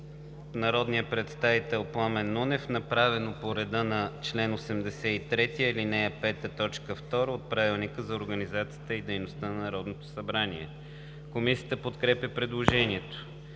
народния представител Пламен Нунев, направено по реда на чл. 83, ал. 5, т. 2 от Правилника за организацията и дейността на Народното събрание. Комисията подкрепя предложението.